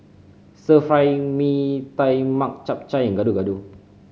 Stir Fry Mee Tai Mak Chap Chai and Gado Gado